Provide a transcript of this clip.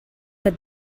but